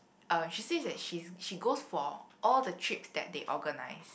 um she said that she's she goes for all the trips that they organize